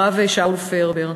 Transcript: הרב שאול פרבר.